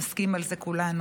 נסכים על זה כולנו,